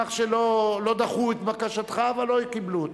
כך שלא דחו את בקשתך ולא קיבלו אותה.